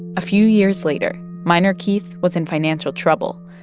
a few years later, minor keith was in financial trouble.